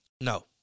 No